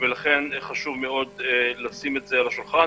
לכן גם הנושא הזה צריך להיות באג'נדה של כולנו,